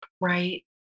right